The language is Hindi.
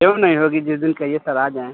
क्यों नहीं होगी जिस दिन कहिए सर आ जाएँ